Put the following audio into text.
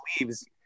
leaves